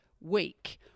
week